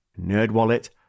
NerdWallet